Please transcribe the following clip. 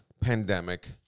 pandemic